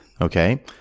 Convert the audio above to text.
okay